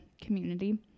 community